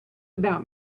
about